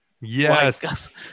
Yes